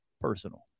personal